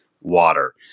Water